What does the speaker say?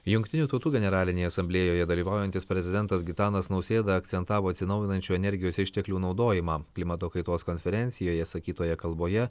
jungtinių tautų generalinėje asamblėjoje dalyvaujantis prezidentas gitanas nausėda akcentavo atsinaujinančių energijos išteklių naudojimą klimato kaitos konferencijoje sakytoje kalboje